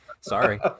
Sorry